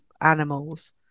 animals